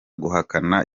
guhakana